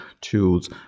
tools